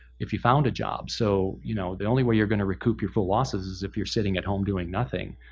if you found a job. so you know the only way you're going to recoup your full losses, is if you're sitting at home doing nothing